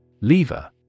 Lever